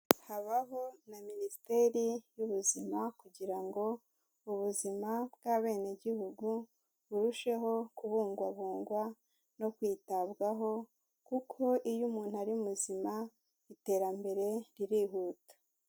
Habaho na minisiteri y'ubuzima kugira ngo ubuzima bw'abenegihugu burusheho kubungwabungwa no kwitabwaho, kuko iyo umuntu ari muzima iterambere ririhuta.